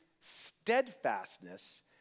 steadfastness